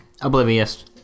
Oblivious